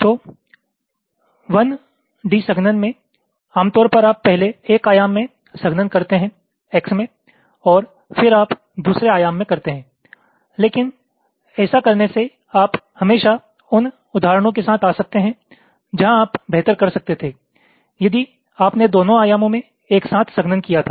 तो 1 D संघनन में आमतौर पर आप पहले एक आयाम में संघनन करते हैं x मे और फिर आप दूसरे आयाम में करते हैं लेकिन ऐसा करने में आप हमेशा उन उदाहरणों के साथ आ सकते हैं जहाँ आप बेहतर कर सकते थे यदि आपने दोनों आयामों में एक साथ संघनन किया था